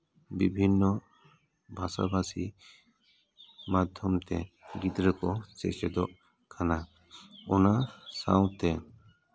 ᱵᱤᱵᱷᱤᱱᱱᱚ ᱵᱷᱟᱥᱟᱼᱵᱷᱟᱥᱤ ᱢᱟᱫᱽᱫᱷᱚᱢ ᱛᱮ ᱜᱤᱫᱽᱨᱟᱹ ᱠᱚ ᱥᱮᱪᱮᱫᱚᱜ ᱠᱟᱱᱟ ᱚᱱᱟ ᱥᱟᱶᱛᱮ